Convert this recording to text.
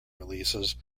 releases